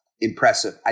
Impressive